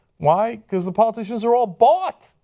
why? because politicians are all bought.